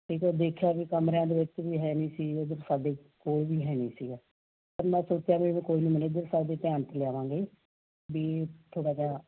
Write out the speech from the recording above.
ਠੀਕ ਆ ਦੇਖਿਆ ਵੀ ਕਮਰਿਆਂ ਦੇ ਵਿੱਚ ਵੀ ਹੈ ਨਹੀਂ ਸੀ ਉੱਧਰ ਸਾਡੇ ਕੋਲ ਵੀ ਹੈ ਨਹੀਂ ਸੀਗਾ ਪਰ ਮੈਂ ਸੋਚਿਆ ਵੀ ਕੋਈ ਨਹੀਂ ਮੈਨੇਜਰ ਸਾਹਿਬ ਦੇ ਧਿਆਨ 'ਚ ਲਿਆਵਾਂਗੇ ਵੀ ਥੋੜ੍ਹਾ ਜਿਹਾ